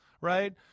right